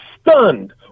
stunned